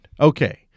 Okay